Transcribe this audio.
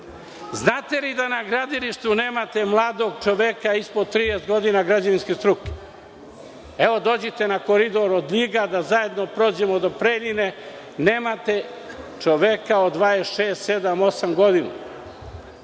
znate da na gradilištu nemate mladog čoveka ispod 30 godina građevinske struke? Evo, dođite na koridor od Ljiga da zajedno prođemo do Preljine. Nemate čoveka od 26-28 godina.